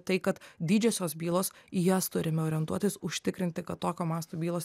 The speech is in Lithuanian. tai kad didžiosios bylos į jas turime orientuotis užtikrinti kad tokio masto bylos